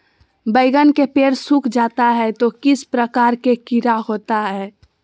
बैगन के पेड़ सूख जाता है तो किस प्रकार के कीड़ा होता है?